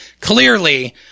clearly